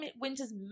winter's